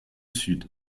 sud